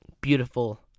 beautiful